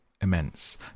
immense